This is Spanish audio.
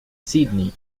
sídney